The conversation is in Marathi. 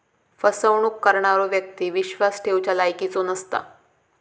फसवणूक करणारो व्यक्ती विश्वास ठेवच्या लायकीचो नसता